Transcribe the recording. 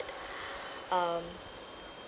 um